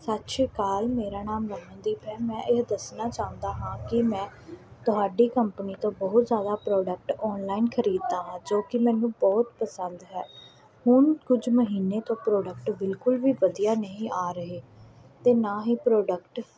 ਸਤਿ ਸ਼੍ਰੀ ਅਕਾਲ ਮੇਰਾ ਨਾਮ ਰਮਨਦੀਪ ਹੈ ਮੈਂ ਇਹ ਦੱਸਣਾ ਚਾਹੁੰਦਾ ਹਾਂ ਕਿ ਮੈਂ ਤੁਹਾਡੀ ਕੰਪਨੀ ਤੋਂ ਬਹੁਤ ਜ਼ਿਆਦਾ ਪ੍ਰੋਡਕਟ ਔਨਲਾਈਨ ਖਰੀਦਦਾ ਹਾਂ ਜੋ ਕਿ ਮੈਨੂੰ ਬਹੁਤ ਪਸੰਦ ਹੈ ਹੁਣ ਕੁਝ ਮਹੀਨੇ ਤੋਂ ਪ੍ਰੋਡਕਟ ਬਿਲਕੁਲ ਵੀ ਵਧੀਆ ਨਹੀਂ ਆ ਰਹੇ ਅਤੇ ਨਾ ਹੀ ਪ੍ਰੋਡਕਟ